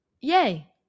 yay